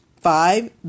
Five